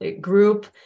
group